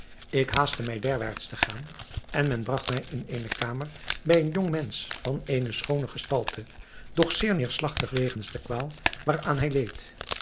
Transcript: ik haastte mij derwaarts te gaan en men bragt mij in eene kamer bij een jongmensch van eene schoone gestalte doch zeer neêrslagtig wegens de kwaal waaraan hij leed